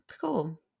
Cool